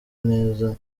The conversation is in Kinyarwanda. neza